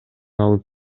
алып